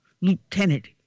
Lieutenant